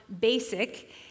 Basic